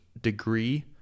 degree